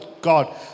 God